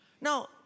Now